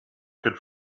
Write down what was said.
could